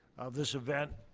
of. this event.